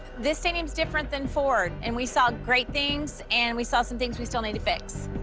this seems different than forward and we saw great things and we saw some things we still need to fix.